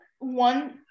one